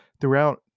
throughout